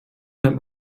nennt